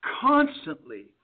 constantly